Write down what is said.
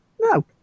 No